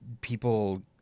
people